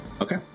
Okay